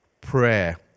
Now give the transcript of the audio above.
prayer